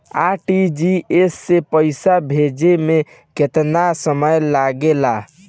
RTGS से पैसा भेजे में केतना समय लगे ला?